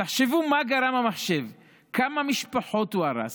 תחשבו מה גרם המחשב, כמה משפחות הוא הרס,